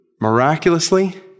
Miraculously